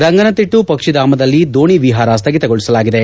ರಂಗನತಿಟ್ಲು ಪಕ್ಷಿಧಾಮದಲ್ಲಿ ದೋಣಿ ವಿಹಾರ ಸ್ಥಗಿತಗೊಳಿಸಲಾಗಿದೆ